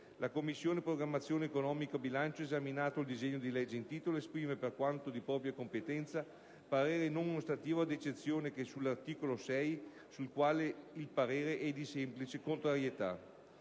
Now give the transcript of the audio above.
«La Commissione programmazione economica, bilancio, esaminato il disegno di legge in titolo, esprime, per quanto di propria competenza, parere non ostativo ad eccezione che sull'articolo 6, sul quale il parere è di semplice contrarietà».